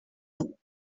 ans